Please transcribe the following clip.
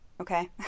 Okay